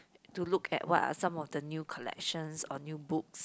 to look at what are some of the new collections or new books